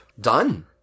Done